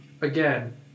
again